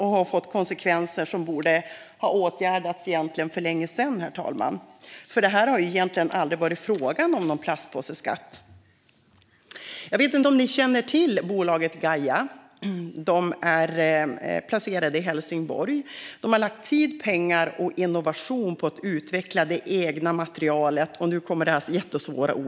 Det har fått konsekvenser som egentligen borde ha åtgärdats för länge sedan, herr talman. Det har egentligen aldrig varit fråga om någon platspåseskatt. Jag vet inte om ni känner till bolaget Gaia. Det är placerat i Helsingborg. Det har lagt tid, pengar och innovation på att utveckla det egna materialet biodolomer.